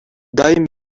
дайым